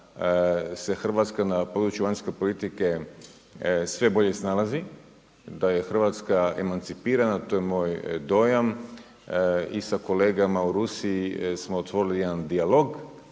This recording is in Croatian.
se Hrvatska na području vanjske politike sve bolje snalazi, da je Hrvatska emancipirana. To je moj dojam. I sa kolegama u Rusiji smo otvorili jedan dijalog,